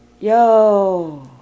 Yo